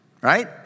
right